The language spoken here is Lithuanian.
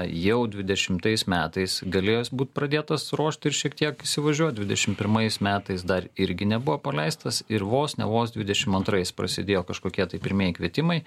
jau dvidešimtais metais galėjo jis būt pradėtas ruošt ir šiek tiek įsivažiuot dvidešimt pirmais metais dar irgi nebuvo paleistas ir vos ne vos dvidešimt antrais prasidėjo kažkokie tai pirmieji kvietimai